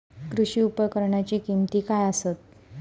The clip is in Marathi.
कृषी उपकरणाची किमती काय आसत?